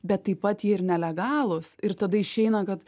bet taip pat jie ir nelegalūs ir tada išeina kad